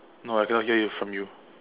no I cannot hear it from you